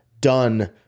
done